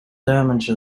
damage